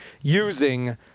using